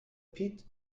piet